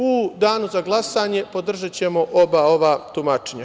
U Danu za glasanje, podržaćemo oba ova tumačenja.